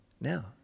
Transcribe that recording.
now